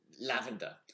Lavender